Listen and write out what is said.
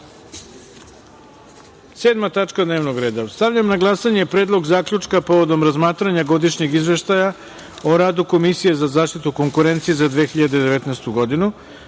tačka dnevnog reda. Stavljam na glasanje Predlog zaključka povodom razmatranja Godišnjeg izveštaja o radu Komisije za zaštitu konkurencije za 2019. godinu,